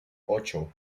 ocho